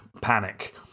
panic